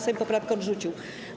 Sejm poprawkę odrzucił.